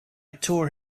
tore